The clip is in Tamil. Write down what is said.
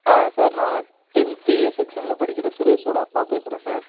ஆ சார் நான் டென்த்து ஏ செக்ஷனில் படிக்கிற சுரேஷோட அப்பா பேசுறேன் சார்